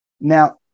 Now